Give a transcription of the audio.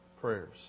prayers